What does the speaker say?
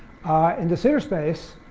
in de sitter space,